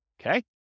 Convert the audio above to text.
Okay